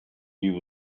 you